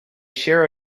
share